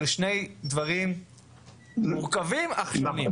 אלה שני דברים מורכבים אך שונים.